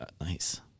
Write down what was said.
Nice